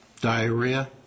Diarrhea